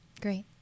Great